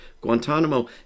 Guantanamo